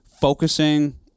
focusing